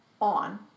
on